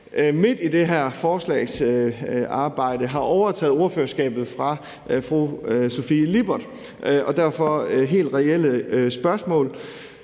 arbejde med forslaget har overtaget ordførerskabet fra fru Sofie Lippert. Derfor er det helt reelle spørgsmål,